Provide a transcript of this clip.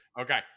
Okay